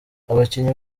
abakinnyi